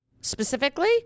specifically